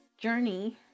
journey